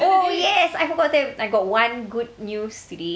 oh yes I forgot that I got one good news today